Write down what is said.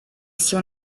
sia